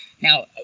Now